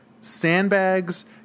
sandbags